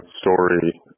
Story